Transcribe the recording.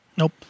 Nope